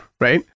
right